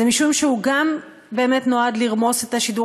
זה משום שהוא גם נועד לרמוס את השידור